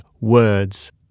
words